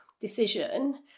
decision